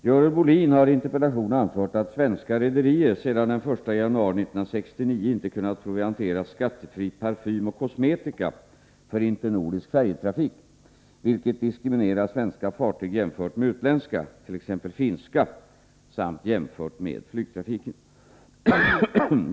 Herr talman! Görel Bohlin har i interpellation anfört att svenska rederier sedan den 1 januari 1969 inte kunnat proviantera skattefri parfym och kosmetika för internordisk färjetrafik, vilket diskriminerar svenska fartyg jämfört med utländska, t.ex. finska, samt jämfört med flygtrafiken.